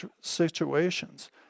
situations